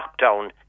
lockdown